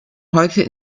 heute